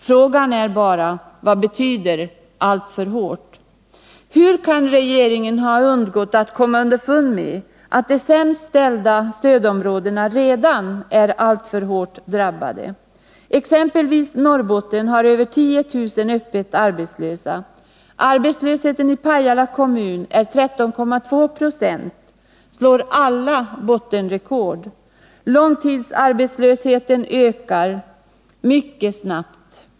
Frågan är: Vad betyder ”alltför hårt”? Hur kan regeringen ha undgått att komma underfund med att de sämst ställda stödområdena redan är alltför hårt drabbade. Exempelvis Norrbotten har över 10 000 öppet arbetslösa. Arbetslösheten i Pajala kommun är 13,2 9 —- slår alla bottenrekord. Långtidsarbetslösheten ökar mycket snabbt.